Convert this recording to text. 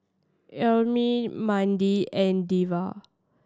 Ermine Mandi and Delwin